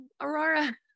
Aurora